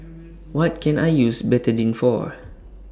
What Can I use Betadine For